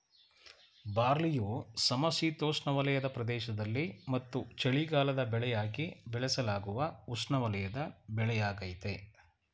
ಬಾರ್ಲಿಯು ಸಮಶೀತೋಷ್ಣವಲಯದ ಪ್ರದೇಶದಲ್ಲಿ ಮತ್ತು ಚಳಿಗಾಲದ ಬೆಳೆಯಾಗಿ ಬೆಳೆಸಲಾಗುವ ಉಷ್ಣವಲಯದ ಬೆಳೆಯಾಗಯ್ತೆ